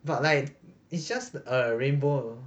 but like it's just a rainbow